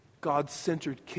God-centered